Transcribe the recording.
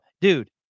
Dude